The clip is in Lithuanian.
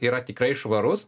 yra tikrai švarus